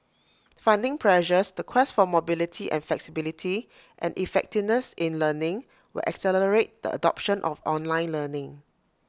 funding pressures the quest for mobility and flexibility and effectiveness in learning will accelerate the adoption of online learning